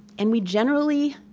and we generally,